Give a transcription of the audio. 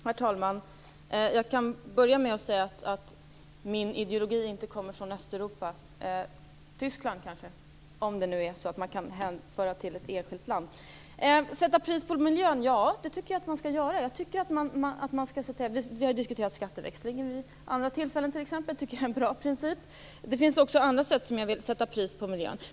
Herr talman! Jag kan börja med att säga att min ideologi inte kommer från Östeuropa. Möjligen kommer den från Tyskland, om det är så att man kan hänföra den till ett enskilt land. Jag tycker att man skall sätta pris på miljön. Vid andra tillfällen har vi exempelvis diskuterat skatteväxling, som jag tycker är en bra princip. Det finns också andra sätt att sätta pris på miljön.